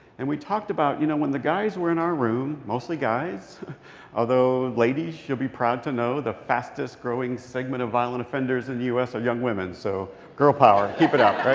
and we talked about, you know, when the guys were in our room mostly guys although ladies, you'll be proud to know, the fastest-growing segment of violent offenders in the u s. are young women, so girl power. keep it up,